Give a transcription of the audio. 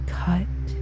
cut